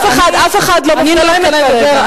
אף אחד לא מפריע לך לדבר.